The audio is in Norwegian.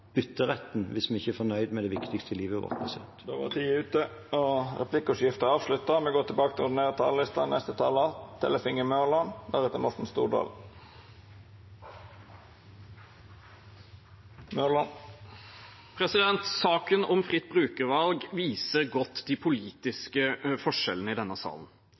hvis vi ikke er fornøyd med det viktigste i livet vårt. Då var tida ute. Replikkordskiftet er omme. Saken om fritt brukervalg viser godt de politiske forskjellene i denne salen. Fremskrittspartiets Kjønnas Kjos sier hun har brukt tiden sin i